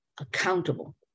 accountable